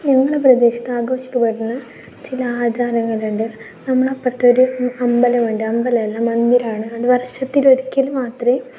ഞങ്ങളുടെ പ്രദേശത്ത് ആഘോഷിക്കപ്പെടുന്ന ചില ആചാരങ്ങളുണ്ട് നമ്മുടെ അപ്പുറത്തൊരു അമ്പലമുണ്ട് അമ്പലമല്ല മന്ദിരമാണ് അത് വർഷത്തിലൊരിക്കൽ മാത്രമേ